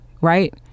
right